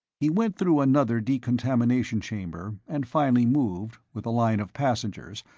he went through another decontamination chamber, and finally moved, with a line of passengers,